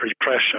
pressure